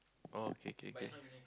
oh okay okay okay